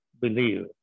Believe